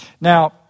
Now